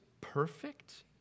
perfect